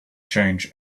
change